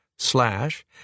slash